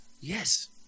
Yes